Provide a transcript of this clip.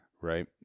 right